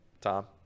Tom